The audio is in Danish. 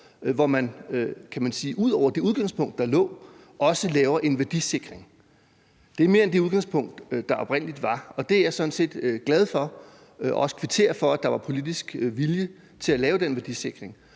man sige, ud over det udgangspunkt, der lå, også laver en værdisikring. Det er mere end det udgangspunkt, der oprindelig var, og det er jeg sådan set glad for, og jeg kvitterer også for, at der var politisk vilje til at lave den værdisikring.